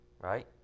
right